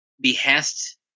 behest